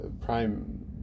prime